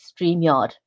StreamYard